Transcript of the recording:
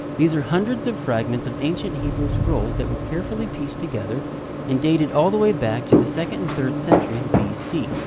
these are hundreds of fragments of ancient hebrews scrolls that were carefully pieced together and dated all the way back to the second and third centuries b c,